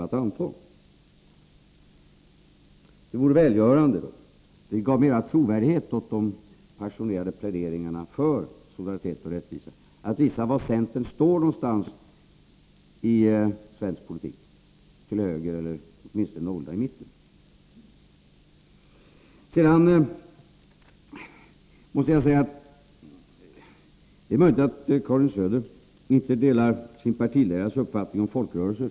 Det skulle vara välgörande och ge mer trovärdighet åt de passionerade pläderingarna för solidaritet och rättvisa om centern visade var ni står någonstans i svensk politik — till höger eller åtminstone någorlunda i mitten. Sedan måste jag säga att det är möjligt att Karin Söder inte delar sin partiledares uppfattning om folkrörelser.